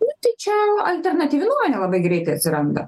nu tai čia alternatyvi nuomonė labai greitai atsiranda